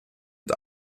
und